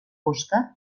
fosca